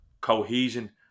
cohesion